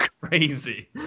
crazy